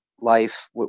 life